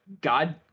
god